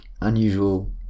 unusual